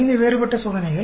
ஐந்து வேறுபட்ட சோதனைகள்